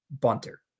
bunter